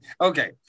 Okay